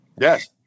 Yes